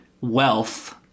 wealth